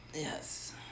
Yes